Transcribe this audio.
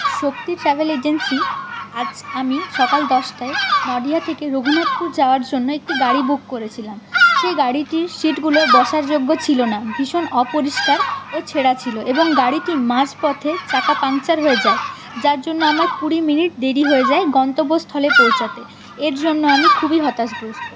শক্তি travel agency আজ আমি সকাল দশটায় নডিয়া থেকে রঘুনাথপুর যাওয়ার জন্য একটি গাড়ি বুক করেছিলাম সেই গাড়িটির সিটগুলো বসার যোগ্য ছিল না ভীষণ অপরিষ্কার ও ছেঁড়া ছিল এবং গাড়িটি মাঝপথে চাকা পাংচার হয়ে যায় যার জন্য আমার কুড়ি মিনিট দেরি হয়ে যায় গন্তব্যস্থলে পৌঁছাতে এর জন্য আমি খুবই হতাশাগ্রস্থ